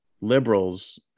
liberals